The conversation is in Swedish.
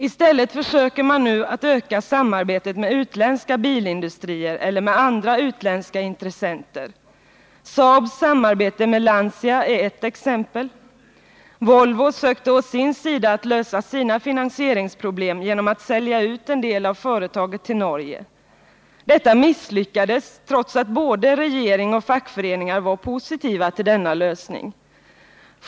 I stället försöker man nu öka samarbetet med utländska bilindustrier eller med andra utländska intressenter. Saabs samarbete med Lancia är ett exempel. Volvo sökte å sin sida lösa sina finansieringsproblem genom att vilja sälja ut en del av företaget till Norge. Detta misslyckades, trots att både regering och fackföreningar var positiva till denna lösning.